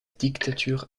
dictature